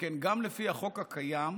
שכן גם לפי החוק הקיים,